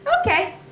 Okay